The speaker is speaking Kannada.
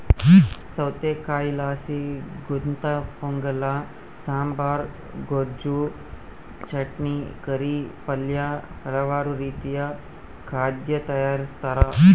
ಸೌತೆಕಾಯಿಲಾಸಿ ಗುಂತಪೊಂಗಲ ಸಾಂಬಾರ್, ಗೊಜ್ಜು, ಚಟ್ನಿ, ಕರಿ, ಪಲ್ಯ ಹಲವಾರು ರೀತಿಯ ಖಾದ್ಯ ತಯಾರಿಸ್ತಾರ